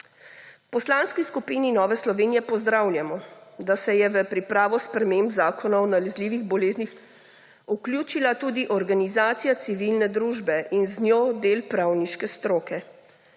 V Poslanski skupini Nove Slovenije pozdravljamo, da se je v pripravo sprememb Zakona o nalezljivih boleznih vključila tudi organizacija civilne družbe in z njo del pravniške stroke.